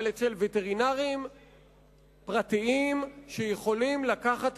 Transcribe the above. אבל אצל וטרינרים פרטיים שיכולים לקחת